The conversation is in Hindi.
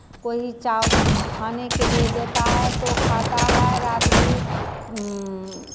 कोई चा खाने के लिए देता है तो खाता है रात भी